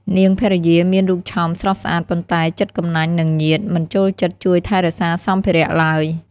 នាងភរិយាមានរូបឆោមស្រស់ស្អាត ប៉ុន្តែចិត្តកំណាញ់នឹងញាតិ មិនចូលចិត្តជួយថែរក្សាសម្ភារៈឡើយ។